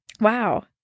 Wow